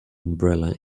umbrella